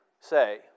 say